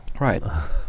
Right